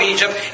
Egypt